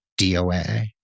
doa